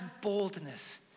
boldness